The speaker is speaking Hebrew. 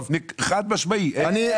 חד משמעי.